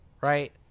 right